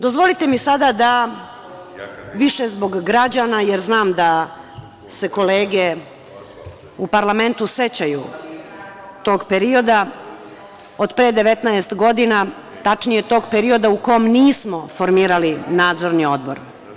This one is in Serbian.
Dozvolite mi sada da, više zbog građana, jer znam da se kolege u parlamentu sećaj tog perioda od pre 19 godina, tačnije tog perioda u kom nismo formirali nadzorni odbor.